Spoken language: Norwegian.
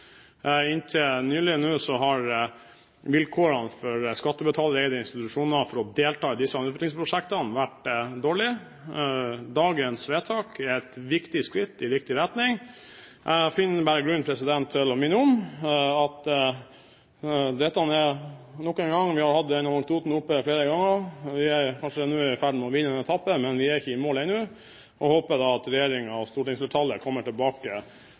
Inntil nylig har vilkårene for skattebetalereide institusjoner for å delta i disse utviklingsprosjektene vært dårlige. Dagens vedtak er et viktig skritt i riktig retning. Jeg finner bare grunn til å minne om nok en gang – vi har hatt den anekdoten oppe flere ganger nå – at vi kanskje er i ferd med å vinne en etappe. Vi er ikke i mål ennå, men vi håper at regjeringen og stortingsflertallet ved en senere anledning kommer tilbake